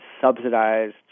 subsidized